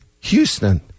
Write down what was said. Houston